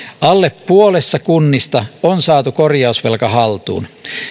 alle puolessa kunnista on saatu korjausvelka haltuun